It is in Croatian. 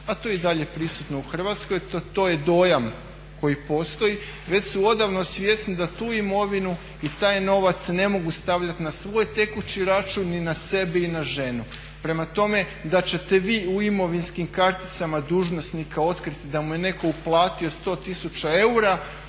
a to je i dalje prisutno u Hrvatskoj, to je dojam koji postoji, već su odavno svjesni da tu imovinu i taj novac ne mogu stavljati na svoj tekući račun i na sebe i na ženu. Prema tome, da ćete vi u imovinskim karticama dužnosnika otkriti da mu je netko uplatio 100 tisuća